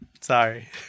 Sorry